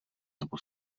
nebo